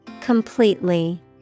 Completely